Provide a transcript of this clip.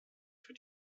für